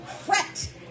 fret